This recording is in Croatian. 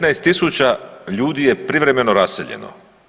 15000 ljudi je privremeno raseljeno.